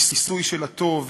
כיסוי של הטוב,